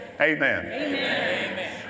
Amen